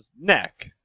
neck